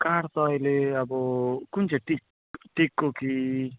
काठ त अहिले अब कुन चाहिँ टिक टिकको कि